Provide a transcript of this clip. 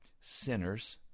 sinners